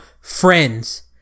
friends